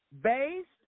based